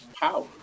power